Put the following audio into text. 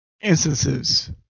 instances